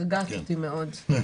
הרגעת אותי מאוד.